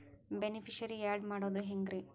Beneficiary, add ಮಾಡೋದು ಹೆಂಗ್ರಿ?